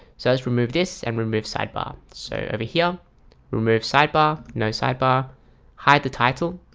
so let's remove this and remove sidebar so over here remove sidebar no sidebar hide the title.